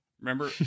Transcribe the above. Remember